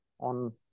on